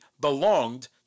belonged